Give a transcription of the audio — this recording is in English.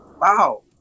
wow